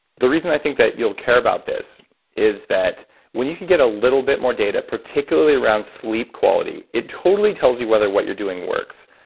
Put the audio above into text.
the reason i think that you'll care about this is that when you can get a little bit more data, particularly around sleep quality, it totally tells you whether what you're doing works.